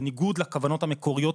בניגוד לכוונות המקוריות,